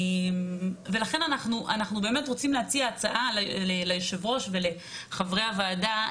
ולכן אנחנו באמת רוצים להציע הצעה ליושב-ראש ולחברי הוועדה,